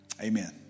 Amen